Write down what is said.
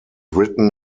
written